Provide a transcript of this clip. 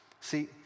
See